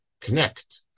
connect